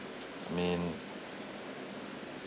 I mean